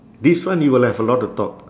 this one you will have a lot of thought